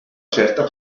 certa